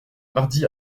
mardi